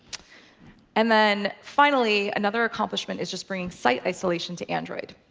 and then finally another accomplishment is just bringing site isolation to android.